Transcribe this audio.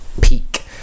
peak